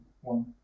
one